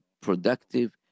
productive